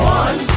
one